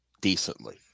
decently